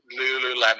Lululemon